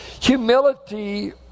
humility